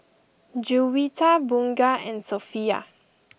Juwita Bunga and Sofea